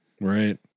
Right